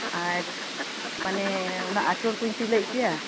ᱟᱨ ᱢᱟᱱᱮ ᱚᱱᱟ ᱟᱸᱪᱚᱞ ᱠᱩᱧ ᱥᱤᱞᱟᱹᱭ ᱦᱚᱪᱚᱭᱟ